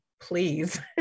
please